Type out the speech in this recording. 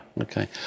Okay